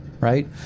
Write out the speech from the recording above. right